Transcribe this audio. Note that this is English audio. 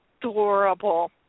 adorable